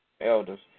elders